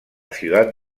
ciudad